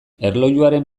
erlojuaren